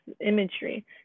imagery